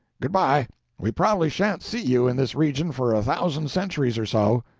good-by we probably sha'n't see you in this region for a thousand centuries or so.